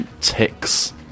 ticks